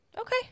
Okay